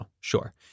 Sure